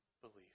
belief